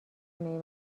خونه